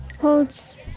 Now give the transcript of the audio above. holds